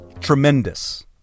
tremendous